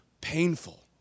painful